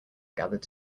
gathered